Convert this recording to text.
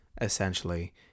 Essentially